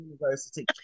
University